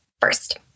first